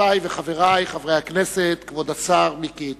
חברותי וחברי חברי הכנסת, כבוד השר מיקי איתן,